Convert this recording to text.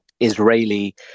Israeli